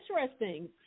interesting